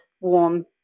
warm